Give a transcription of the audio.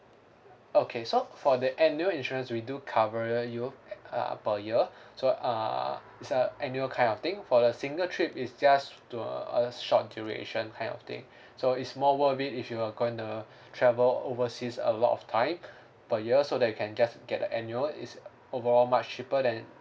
okay so for the annual insurance we do cover you uh per year so err it's a annual kind of thing for the single trip is just to uh short duration kind of thing so it's more worth it if you're gonna travel overseas a lot of time per year so that you can just get the annual is overall much cheaper than